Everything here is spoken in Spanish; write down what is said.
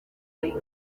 rin